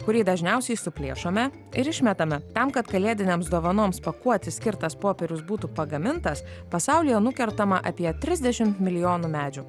kurį dažniausiai suplėšome ir išmetame tam kad kalėdinėms dovanoms pakuoti skirtas popierius būtų pagamintas pasaulyje nukertama apie trisdešim milijonų medžių